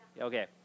Okay